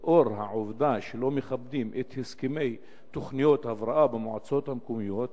לנוכח העובדה שלא מכבדים את הסכמי תוכניות ההבראה במועצות המקומיות,